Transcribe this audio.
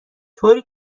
طوری